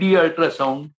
ultrasound